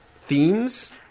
themes